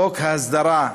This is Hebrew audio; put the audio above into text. חוק ההסדרה,